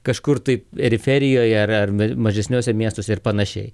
kažkur taip eriferijoje ar ar mažesniuose miestuose ir panašiai